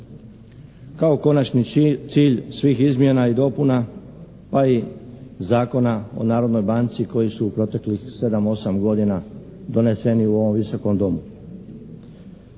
Kao konačni cilj svih izmjena i dopuna pa i Zakon o Narodnoj banci koji su u proteklih 7, 8 godina doneseni u ovom Visokom domu.